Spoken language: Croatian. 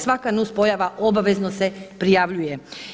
Svaka nus pojava obavezno se prijavljuje.